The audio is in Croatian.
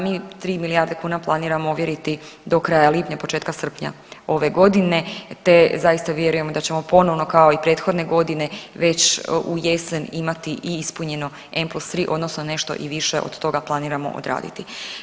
Mi 3 milijarde kuna planiramo ovjeriti do kraja lipnja, početka srpnja ove godine te zaista vjerujemo da ćemo ponovno kao i prethodne godine već u jesen imati i ispunjeno n+3 odnosno nešto i više od toga planiramo odraditi.